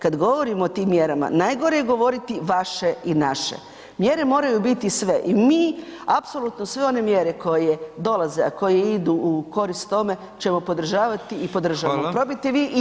Kad govorimo o tim mjerama najgore je govoriti vaše i naše, mjere moraju biti sve i mi apsolutno sve one mjere koje dolaze, a koje idu u korist tome ćemo podržavati i podržavamo, probajte vi i ove.